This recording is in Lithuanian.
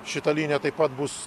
šita linija taip pat bus